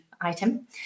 item